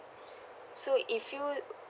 so if you